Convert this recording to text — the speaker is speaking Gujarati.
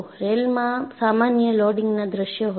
રેલમાં સામાન્ય લોડિંગના દૃશ્ય હોય છે